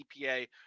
EPA